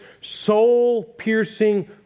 soul-piercing